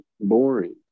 boring